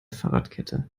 fahrradkette